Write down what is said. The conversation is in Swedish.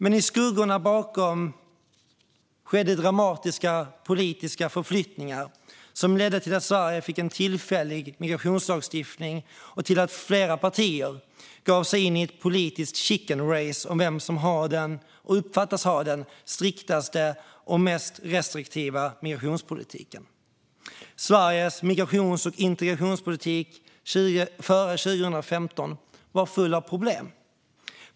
Men i skuggorna bakom skedde dramatiska politiska förflyttningar, som ledde till att Sverige fick en tillfällig migrationslagstiftning och till att flera partier gav sig in i ett politiskt chickenrace om vem som har och uppfattas ha den striktaste och mest restriktiva migrationspolitiken. Sveriges migrations och integrationspolitik före 2015 var full av problem.